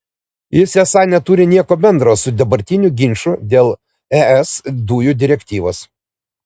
jis esą neturi nieko bendra su dabartiniu ginču dėl es dujų direktyvos